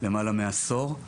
למעלה מעשור.